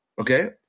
Okay